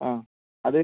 ആ അത്